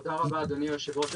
תודה רבה, אדוני היושב-ראש.